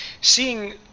seeing